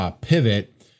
pivot